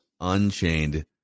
Unchained